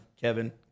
Kevin